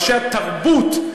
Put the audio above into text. אנשי התרבות,